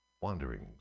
Wanderings